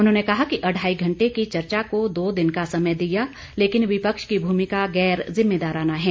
उन्होंने कहा कि अढ़ाई घंटे की चर्चा को दो दिन का समय दिया लेकिन विपक्ष की भूमिका गैर जिम्मेदाराना है